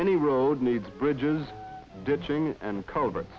any road needs bridges ditching and co